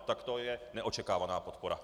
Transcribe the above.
Tak to je neočekávaná podpora!